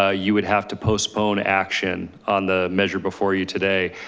ah you would have to postpone action on the measure before you today.